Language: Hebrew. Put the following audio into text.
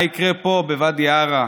מה יקרה פה בוואדי עארה,